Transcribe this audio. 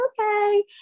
Okay